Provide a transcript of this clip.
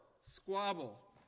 squabble